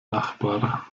nachbar